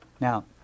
Now